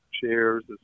chairs